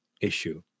issue